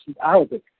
Arabic